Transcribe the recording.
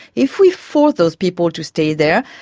if we force those people to stay there,